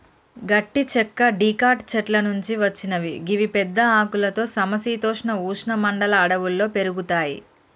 గట్టి చెక్క డికాట్ చెట్ల నుంచి వచ్చినవి గివి పెద్ద ఆకులతో సమ శీతోష్ణ ఉష్ణ మండల అడవుల్లో పెరుగుతయి